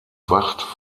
wacht